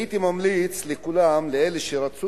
הייתי ממליץ לכולם, לאלה שרצו